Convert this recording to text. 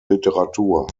literatur